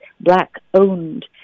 Black-owned